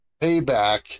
payback